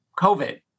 COVID